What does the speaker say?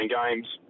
games